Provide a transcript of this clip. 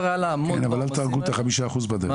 אבל אל תהרגו את ה-5% בדרך.